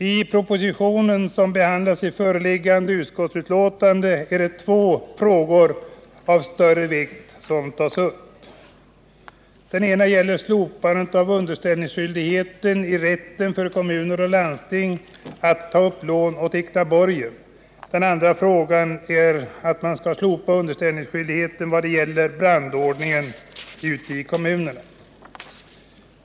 I den proposition som behandlas i föreliggande betänkande är det två frågor av större vikt som tas upp. Den ena gäller slopandet av underställningsskyldigheten i samband med rätten för kommuner och landsting att ta upp lån och teckna borgen. Den andra frågan gäller att man skall slopa underställningsskyldigheten vad gäller brandordningen i kommunerna.